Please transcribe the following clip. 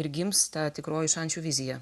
ir gimsta tikroji šančių vizija